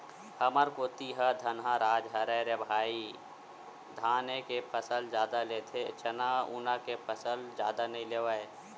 हमर कोती ह धनहा राज हरय रे भई धाने के फसल जादा लेथे चना उना के फसल जादा नइ लेवय